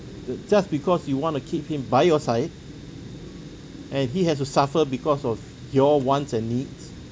uh just because you want to keep him by your side and he has to suffer because of your wants and needs